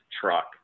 truck